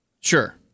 Sure